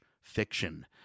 Fiction